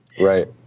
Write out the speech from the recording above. Right